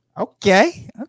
Okay